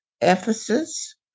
Ephesus